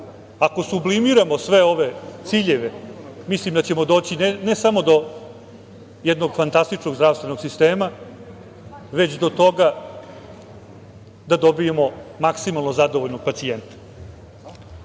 Ako sublimiramo sve ove ciljeve, mislim da ćemo doći ne samo jednog fantastičnog zdravstvenog sistema, već do toga da dobijemo maksimalno zadovoljnog pacijenta. Naravno,